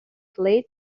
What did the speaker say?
chuck